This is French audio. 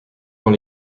dans